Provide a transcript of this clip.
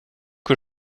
que